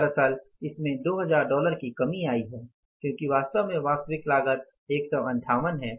दरअसल इसमें 2000 डॉलर की कमी आई है क्योंकि वास्तव में वास्तविक लागत 158 है